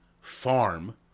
farm